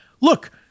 look